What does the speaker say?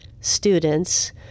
students